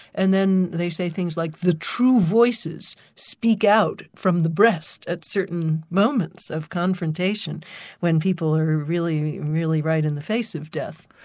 and then they say things like the true voices speak out from the breast at certain moments of confrontation when people are really really right in the face of death.